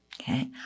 Okay